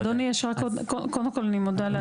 אדוני, קודם כל אני מודה לאדוני.